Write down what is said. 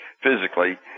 physically